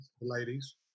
ladies